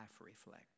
reflect